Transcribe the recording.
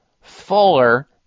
fuller